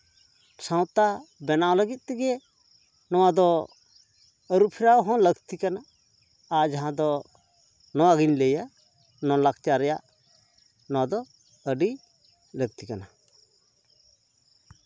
ᱥᱟᱶᱛᱟ ᱵᱮᱱᱟᱣ ᱞᱟᱹᱜᱤᱫ ᱛᱮᱜᱮ ᱱᱚᱣᱟ ᱫᱚ ᱟᱹᱨᱩᱯᱷᱮᱨᱟᱣ ᱦᱚᱸ ᱞᱟᱹᱠᱛᱤ ᱠᱟᱱᱟ ᱟ ᱨ ᱡᱟᱦᱟᱸ ᱫᱚ ᱱᱚᱣᱟᱜᱤᱧ ᱞᱣᱟᱹᱭᱟ ᱱᱚᱣᱟ ᱞᱟᱠᱪᱟᱨ ᱨᱮᱭᱟᱜ ᱱᱚᱣᱟ ᱫᱚ ᱟᱹᱰᱤ ᱞᱟᱹᱠᱛᱤ ᱠᱟᱱᱟ